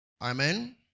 Amen